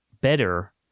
better